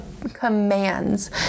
commands